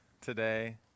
today